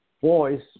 voice